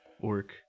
orc